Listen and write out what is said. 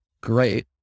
Great